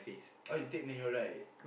ah you take manual right